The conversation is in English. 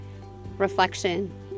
Reflection